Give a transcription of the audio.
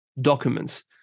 documents